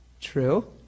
True